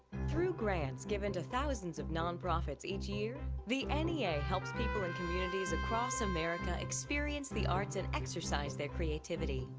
through grants given to thousands of nonprofits each year, the nea ah helps people in communities across america experience the arts and exercise their creativity,